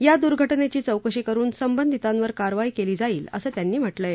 या दुर्घटनेची चौकशी करुन संबंधितांवर कारवाई केली जाईल असं त्यांनी म्हटलं आहे